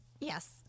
Yes